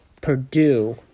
Purdue